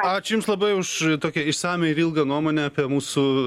ačiū jums labai už tokią išsamią ir ilgą nuomonę apie mūsų